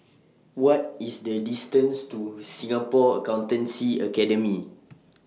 What IS The distance to Singapore Accountancy Academy